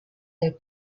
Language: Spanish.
del